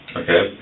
okay